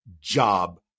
job